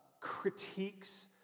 critiques